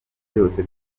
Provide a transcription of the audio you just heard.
byose